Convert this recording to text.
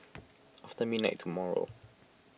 after midnight tomorrow